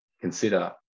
consider